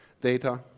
data